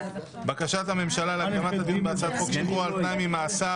בקשת הממשלה להקדמת הדיון בהצעת חוק שחרור על-תנאי ממאסר